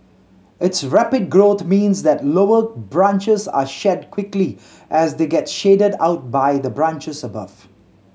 its rapid growth means that lower branches are shed quickly as they get shaded out by the branches above